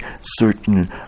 certain